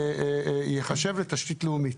ייחשב לתשתית לאומית.